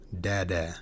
dada